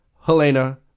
Helena